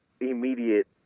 immediate